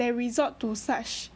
they resort to such